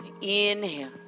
Inhale